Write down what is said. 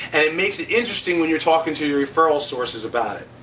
and it makes it interesting when you're talking to your referral sources about it.